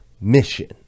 mission